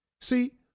See